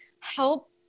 help